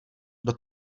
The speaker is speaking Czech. kdo